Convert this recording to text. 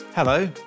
Hello